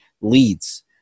leads